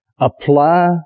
Apply